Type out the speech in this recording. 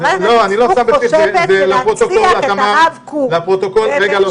חברת הכנסת סטרוק חושבת שלהנציח את הרב קוק בממשלה